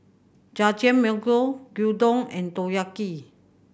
Jajangmyeon Gyudon and Takoyaki